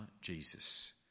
Jesus